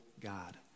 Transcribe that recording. God